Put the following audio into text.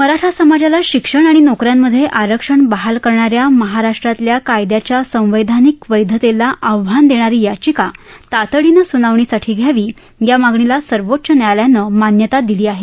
मराठा समाजाला शिक्षण आणि नोक यांमधे आरक्षण बहाल करणा या महाराष्ट्रातल्या कायद्याच्या संविधानिक वैधतेला आव्हान देणारी याचिका तातडीनं सुनावणीसाठी घ्यावी या मागणीला सर्वोच्च न्यायालयानं मान्यता दिली आहे